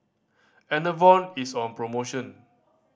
Enervon is on promotion